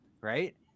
right